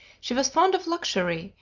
she was fond of luxury,